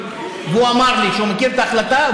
והוא אמר לי שהוא מכיר את ההחלטה,